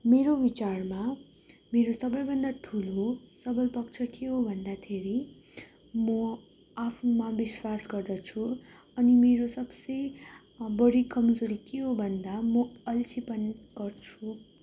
मेरो बिचारमा मेरो सबैभन्दा ठुलो सबल पक्ष के हो भन्दाखेरि मो आफुमा विश्वास गर्दछु अनि मेरो सबसे बढी कमजोरि के हो भन्दा म अल्छिपन गर्छु